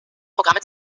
programme